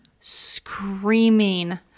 screaming